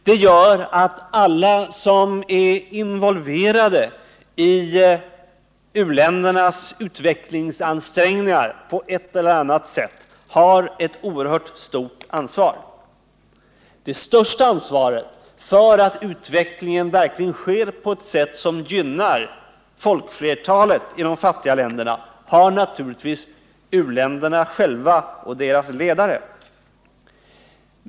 Det gör att alla som är involverade i u-ländernas ansträngningar på ett eller annat sätt har ett oerhört stort ansvar. Det största ansvaret för att utvecklingen verkligen sker på ett sätt som gynnar folkflertalet i de fattiga länderna har naturligtvis u-länderna själva och 191 deras ledare.